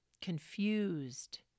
confused